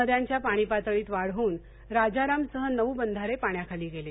नद्यांच्या पाणीपातळीत वाढ होऊन राजारामसह नऊ बंधारे पाण्याखाली गेले